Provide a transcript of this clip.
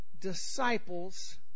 disciples